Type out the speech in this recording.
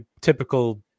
typical